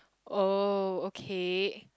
oh okay